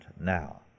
now